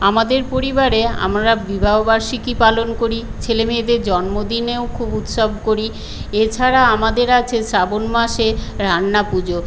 আমাদের পরিবারে আমরা বিবাহবার্ষিকী পালন করি ছেলে মেয়েদের জন্মদিনেও খুব উৎসব করি এ ছাড়া আমাদের আছে শ্রাবণ মাসে রান্না পুজো